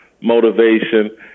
motivation